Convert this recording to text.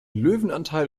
löwenanteil